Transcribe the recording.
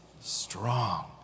strong